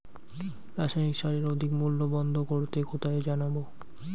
রাসায়নিক সারের অধিক মূল্য বন্ধ করতে কোথায় জানাবো?